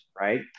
right